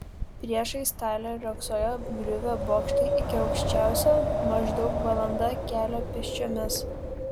priešais talę riogsojo apgriuvę bokštai iki aukščiausio maždaug valanda kelio pėsčiomis